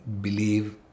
believe